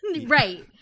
Right